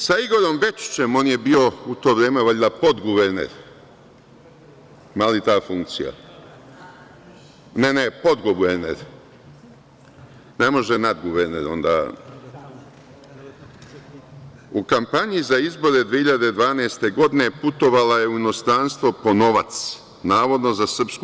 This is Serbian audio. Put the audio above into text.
Sa Igorom Bečićem, on je u bio u to vreme valjda podguverner, ima li ta funkcija, ne može nadguverner, u kampanji za izbore 2012. godine putovala je u inostranstvo po novac, navodno za SNS.